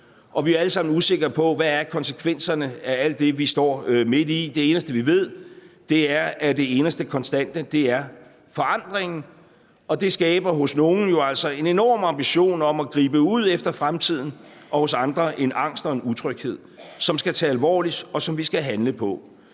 og vi er alle sammen usikre på, hvad konsekvenserne af alt det, vi står midt i, er. Det eneste, vi ved, er, at det eneste konstante er forandringen, og det skaber jo altså hos nogle en enorm ambition om at gribe ud efter fremtiden og hos andre en angst og en utryghed, som skal tages alvorligt, og som vi skal handle på.